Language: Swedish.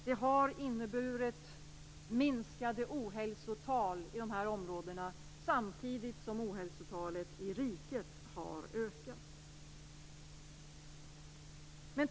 Den har också inneburit minskade ohälsotal i dessa områden samtidigt som ohälsotalet i riket har stigit.